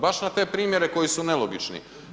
Baš na te primjere koji su nelogični.